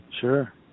Sure